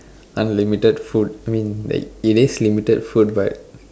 unlimited food I mean it is limited food but